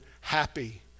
happy